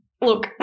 look